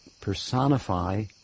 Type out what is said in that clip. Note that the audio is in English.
personify